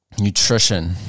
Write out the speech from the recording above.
Nutrition